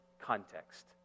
context